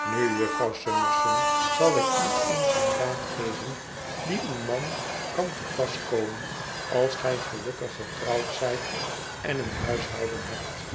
nu jufvrouw summerson zal ik u eens een raad geven die uw man kan te pas komen als gij gelukkig getrouwd zijt en een huishouden hebt